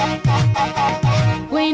and that wa